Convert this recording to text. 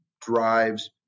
drives